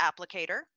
applicator